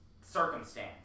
circumstance